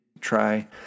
try